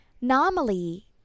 Normally